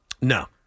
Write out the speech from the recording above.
No